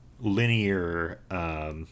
linear